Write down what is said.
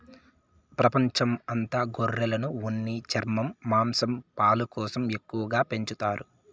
ప్రపంచం అంత గొర్రెలను ఉన్ని, చర్మం, మాంసం, పాలు కోసం ఎక్కువగా పెంచుతారు